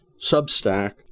Substack